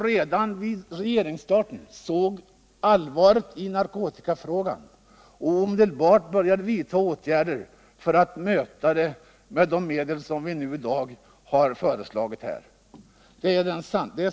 Redan vid regeringsstarten insåg man allvaret i narkotikafrågan och började omedelbart vidta åtgärder för att möta uppgifterna med de medel som vi i dag har att ta ställning till.